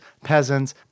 peasants